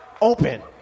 open